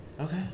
Okay